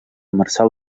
marçal